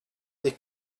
they